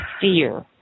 fear